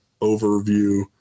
overview